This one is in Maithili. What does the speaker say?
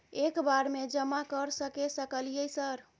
एक बार में जमा कर सके सकलियै सर?